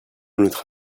notre